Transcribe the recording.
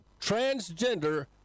transgender